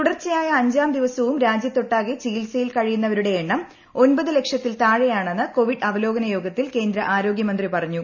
തുടർച്ചയായ അഞ്ചാം ദിവസവും രാജ്യത്തൊട്ടാകെ ചികിത്സയിൽ കഴിയുന്നവരുടെ എണ്ണം ഒൻപത് ലക്ഷത്തിൽ താഴെയാണെന്ന് കോവിഡ് അവലോകന യോഗത്തിൽ കേന്ദ്ര ആരോഗൃമന്ത്രി പറഞ്ഞു